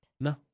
No